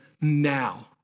now